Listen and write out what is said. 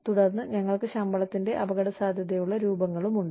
തുടർന്ന് ഞങ്ങൾക്ക് ശമ്പളത്തിന്റെ അപകടസാധ്യതയുള്ള രൂപങ്ങളും ഉണ്ട്